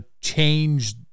change